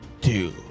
two